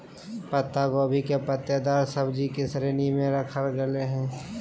पत्ता गोभी के पत्तेदार सब्जि की श्रेणी में रखल गेले हें